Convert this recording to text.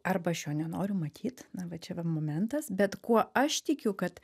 arba aš jo nenoriu matyt na va čia va momentas bet kuo aš tikiu kad